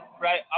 right